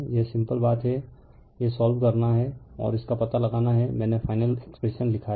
यह सिंपल बात है यह सोल्व करना है और इसका पता लगाना है मैंने फाइनल एक्सप्रेशन लिखा है